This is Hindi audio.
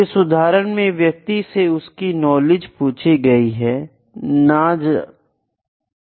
इस उदाहरण में व्यक्ति से उसकी नॉलेज पूछी गई है ना की जानकारी